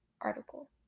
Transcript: article